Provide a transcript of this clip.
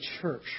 church